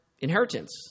inheritance